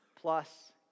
plus